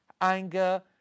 anger